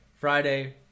Friday